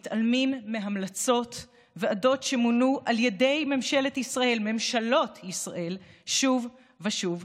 מתעלמים מהמלצות ועדות שמונו על ידי ממשלות ישראל שוב ושוב,